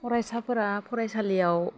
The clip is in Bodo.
फरायसाफोरा फरायसालियाव